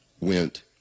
went